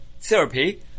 therapy